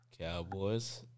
Cowboys